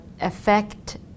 affect